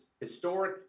historic